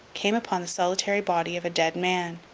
came upon the solitary body of a dead man,